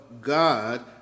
God